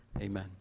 Amen